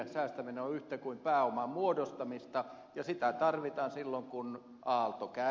säästäminen on yhtä kuin pääoman muodostamista ja sitä tarvitaan silloin kun aalto käy